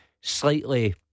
slightly